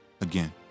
Again